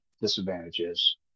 disadvantages